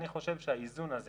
אני חושב שהאיזון הזה